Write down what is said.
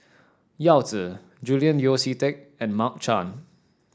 Yao Zi Julian Yeo See Teck and Mark Chan